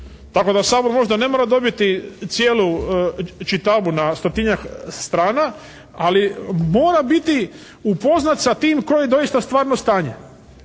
tako da Sabor možda ne mora dobiti cijelu čitabu na stotinjak strana, ali mora biti upoznat sa tim koje je doista stvarno stanje.